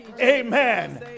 Amen